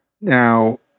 Now